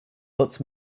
but